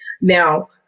now